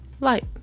light